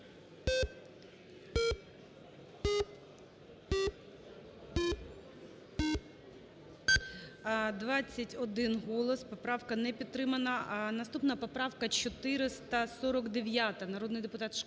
21 голос. Поправка не підтримана. Наступна поправка – 449-а. Народний депутат Шкрум